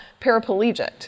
paraplegic